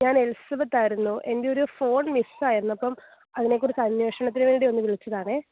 ഞാൻ എലിസബത്ത് ആയിരുന്നു എന്റെ ഒരു ഫോൺ മിസ്സ് ആയിരുന്നു അപ്പം അതിനേക്കുറിച്ച് അന്വേഷണത്തിന് വേണ്ടിയൊന്ന് വിളിച്ചതാണേ